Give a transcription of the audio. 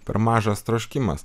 per mažas troškimas